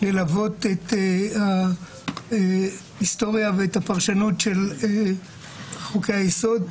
ללוות את ההיסטוריה ואת הפרשנות של חוקי היסוד.